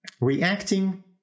reacting